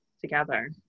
together